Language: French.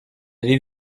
avez